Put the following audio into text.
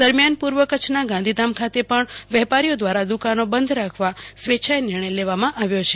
દરમિયાન પૂર્વ કચ્છના ગાંધીધામ ખાતે પણ વેપારીઓ દ્વારા દુકાનો બંધ રાખવા સ્વેચ્છાએ નિર્ણય લેવાયો હતો